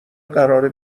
قراره